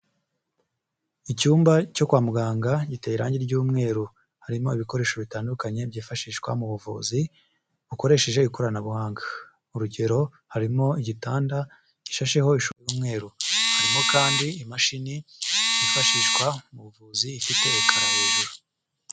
Icyumba cyo kwa muganga giteye irangi ry'umweru. Harimo ibikoresho bitandukanye byifashishwa mu buvuzi bukoresheje ikoranabuhanga. Urugero; harimo igitanda gishasheho ishuka y'umweru, harimo kandi imashini yifashishwa mu buvuzi ifite ekara hejuru.